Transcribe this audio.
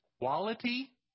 quality